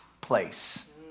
place